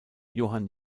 johann